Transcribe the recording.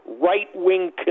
right-wing